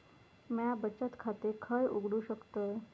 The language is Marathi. म्या बचत खाते खय उघडू शकतय?